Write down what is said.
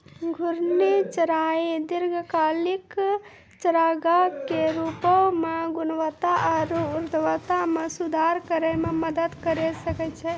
घूर्णि चराई दीर्घकालिक चारागाह के रूपो म गुणवत्ता आरु उर्वरता म सुधार करै म मदद करि सकै छै